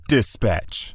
Dispatch